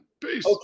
Peace